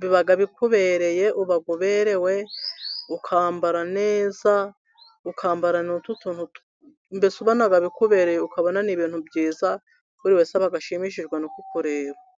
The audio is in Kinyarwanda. biba bikubereye, uba uberewe, ukambara neza, ukambara n'utu tuntu, mbese ubona bikubereye, ukabona ni ibintu byiza, buri wese aba ashimishijwe no kukureba.